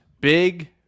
Big